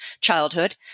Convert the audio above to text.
childhood